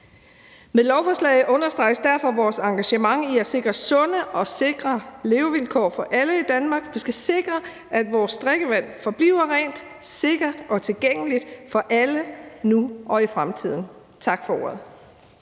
Med lovforslaget understreges derfor vores engagement i at sikre sunde og sikre levevilkår for alle i Danmark. Vi skal sikre, at vores drikkevand forbliver rent, sikkert og tilgængeligt for alle, nu og i fremtiden. Tak for ordet.